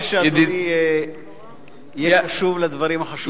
אני מבקש שאדוני יהיה קשוב לדברים החשובים.